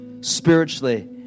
spiritually